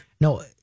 No